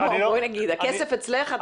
הכסף אצלך.